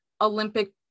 Olympic